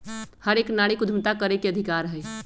हर एक नारी के उद्यमिता करे के अधिकार हई